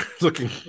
looking